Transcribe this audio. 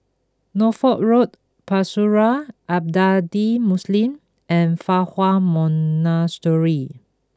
Norfolk Road Pusara Abadi Muslim and Fa Hua Monastery